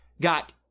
got